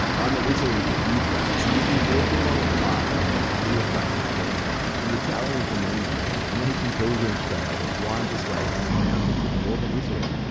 i'm in italy with utracks and we'll be walking along a path known as the via francigena the italian camino, an ancient pilgrims trail that winds its way from the mountains of northern italy,